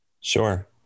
Sure